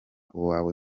uwawe